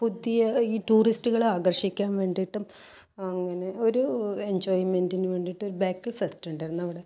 പുതിയ ഈ ടൂറിസ്റ്റുകളെ ആകർഷിക്കാൻ വേണ്ടിയിട്ടും അങ്ങനെ ഒരു എൻജോയ്മെന്റിനു വേണ്ടിയിട്ട് ഒരു ബേക്കൽ ഫെസ്റ്റ് ഉണ്ടായിരുന്നു അവിടെ